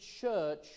church